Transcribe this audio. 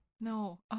No